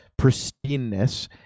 pristineness